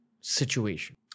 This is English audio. situation